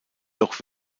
doch